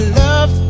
love